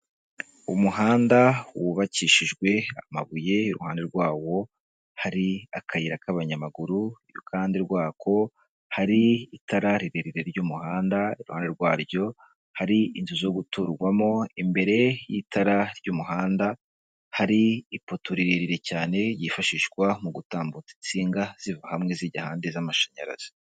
Umuhanda wubakishijwe amabuye, iruhande rwawo hari akayira k'abanyamaguru, iruhande rwako hari itara rirerire ry'umuhanda, iruhande rwaryo hari inzu zo guturwamo, imbere y'itara ry'umuhanda hari ipoto rirerire cyane yifashishwa mu gutambutsa insinga ziva hamwe zijya ahandi z'amashanyarazi.